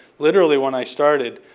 literally when i started,